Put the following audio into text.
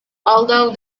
although